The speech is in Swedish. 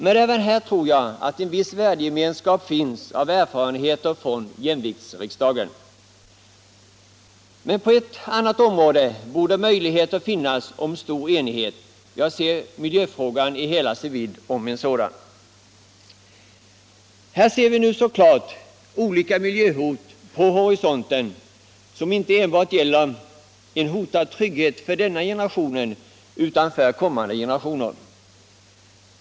Men även här tror jag att det finns en viss värdegemenskap som grundar sig på erfarenheterna från jämviktsriksdagen. På ett område borde det finnas möjligheter att uppnå stor enighet, nämligen i miljöfrågan i hela dess vidd. Vi ser nu klart vid horisonten olika miljöhot, som inte bara gäller tryggheten för vår generation utan även tryggheten för kommande generationer.